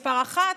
מספר אחת,